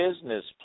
business